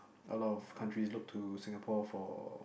a lot of countries look to Singapore for